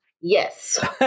Yes